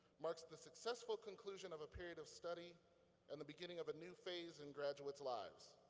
marks the successful conclusion of a period of study and the beginning of a new phase in graduates' lives.